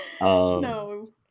No